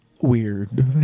weird